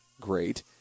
great